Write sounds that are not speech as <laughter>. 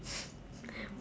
<breath>